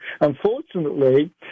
unfortunately